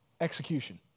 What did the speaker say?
Execution